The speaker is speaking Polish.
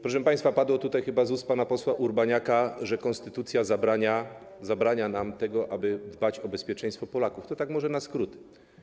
Proszę państwa, padło tutaj, chyba z ust pana posła Urbaniaka, że konstytucja zabrania nam tego, aby dbać o bezpieczeństwo Polaków, to tak może na skróty.